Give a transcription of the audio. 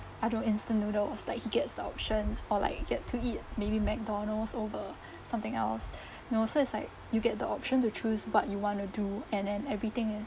I don't want instant noodles like he gets the option or like he get to eat maybe mcdonalds over something else you know so it's like you get the option to choose what you want to do and then everything